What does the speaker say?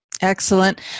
Excellent